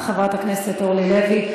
תודה רבה, חברת הכנסת אורלי לוי.